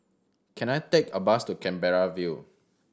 can I take a bus to Canberra View